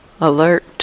alert